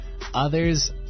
Others